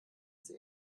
sie